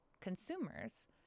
consumers